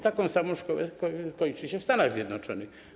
Taką samą szkołę kończy się w Stanach Zjednoczonych.